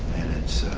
and it's,